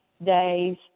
days